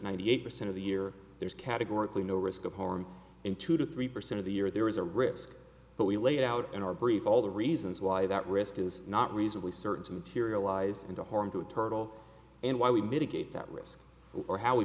ninety eight percent of the year there's categorically no risk of harm in two to three percent of the year there is a risk but we laid out in our brief all the reasons why that risk is not reasonably certain to materialize into harm to turtle and why we mitigate that risk or how we